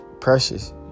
precious